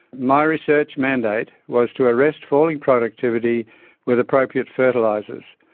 my research mandate was to arrest falling productivity with appropriate fertilizers,